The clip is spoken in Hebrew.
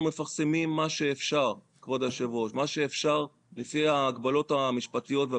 אנחנו מפרסמים מה שאפשר לפי ההגבלות המשפטיות.